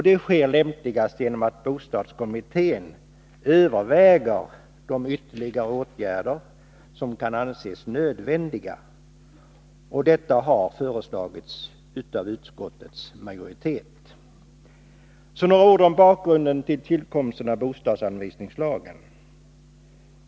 Det sker lämpligast genom att bostadskommittén överväger de ytterligare åtgärder som kan anses nödvändiga. Detta har föreslagits av utskottets majoritet. Så några ord om bakgrunden till tillkomsten av bostadsanvisningslagen.